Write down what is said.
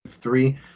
three